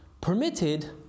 permitted